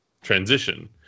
transition